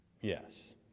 Yes